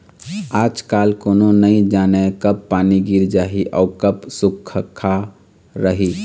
आजकाल कोनो नइ जानय कब पानी गिर जाही अउ कब सुक्खा रही